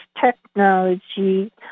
technology